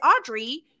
Audrey